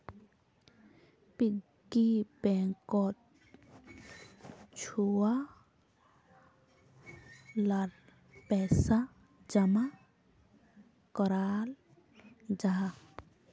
piggy बैंकोत छुआ लार पैसा जमा कराल जाहा